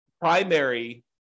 primary